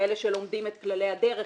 כאלה שלומדים את כללי הדרך,